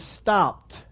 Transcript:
stopped